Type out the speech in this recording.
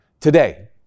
today